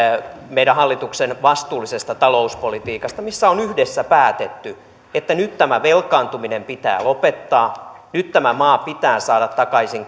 meidän hallituksen vastuullisesta talouspolitiikasta missä on yhdessä päätetty että nyt tämä velkaantuminen pitää lopettaa nyt tämä maa pitää saada takaisin